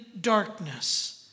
darkness